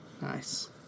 Nice